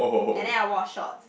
and then I wore short